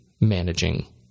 managing